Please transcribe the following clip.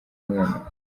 angana